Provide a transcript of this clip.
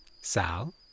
Sal